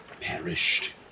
perished